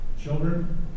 children